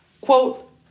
quote